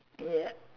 ya